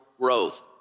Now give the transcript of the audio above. growth